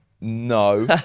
no